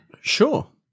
sure